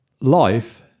life